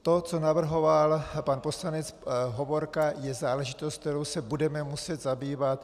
To, co navrhoval pan poslanec Hovorka, je záležitost, kterou se budeme muset zabývat.